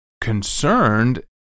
concerned